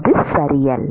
அது சரியல்ல